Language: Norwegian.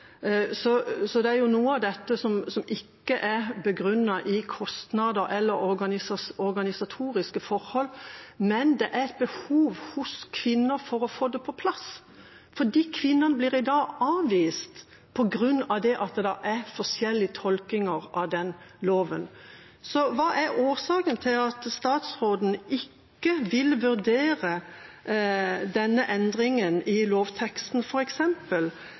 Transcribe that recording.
så det er jo noe av dette som ikke er begrunnet i kostnader eller organisatoriske forhold. Men det er et behov hos kvinner for å få det på plass, for kvinner blir i dag avvist på grunn av at det er forskjellige tolkninger av den loven. Hva er årsaken til at statsråden ikke vil vurdere denne endringen i lovteksten,